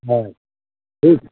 हाँ ठीक है